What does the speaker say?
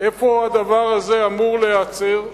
איפה הדבר הזה אמור להיעצר?